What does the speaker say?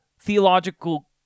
theological